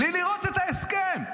בלי לראות את ההסכם.